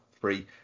Three